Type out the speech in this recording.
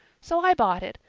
so i bought it,